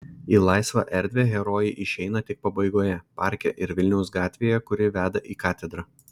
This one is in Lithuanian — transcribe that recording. į laisvą erdvę herojai išeina tik pabaigoje parke ir vilniaus gatvėje kuri veda į katedrą